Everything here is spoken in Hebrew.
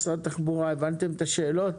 משרד התחבורה, הבנתם את השאלות?